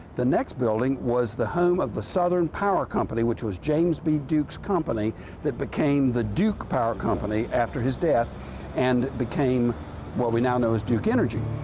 the next building was the home of the southern power company, which was james b. duke's company that became the duke power company after his death and became what we now know as duke energy.